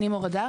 אני מור אדר,